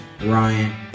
Ryan